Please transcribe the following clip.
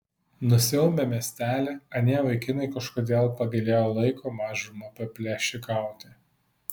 nusiaubę miestelį anie vaikinai kažkodėl pagailėjo laiko mažumą paplėšikauti